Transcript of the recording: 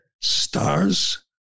stars